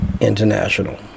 International